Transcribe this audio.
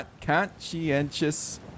Conscientious